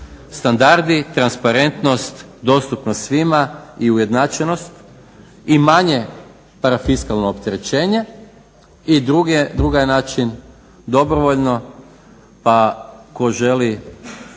standardi, transparentnost, dostupnost svima i ujednačenost i manje parafiskalno opterećenje i drugi je način dobrovoljno pa tko želi